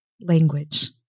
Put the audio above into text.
language